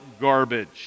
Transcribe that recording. garbage